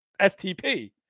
STP